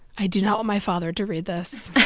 i do not want my father to read this